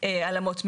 על אמות מידה.